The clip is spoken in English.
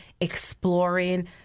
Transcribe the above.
exploring